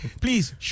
Please